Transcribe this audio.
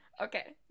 Okay